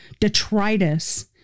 detritus